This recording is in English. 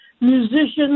musicians